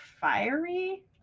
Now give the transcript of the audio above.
fiery